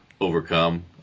overcome